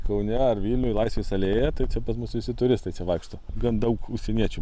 kaune ar vilniuj laisvės alėja tai cia pas mus visi turistai cia vaikšto gan daug užsieniečių